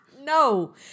No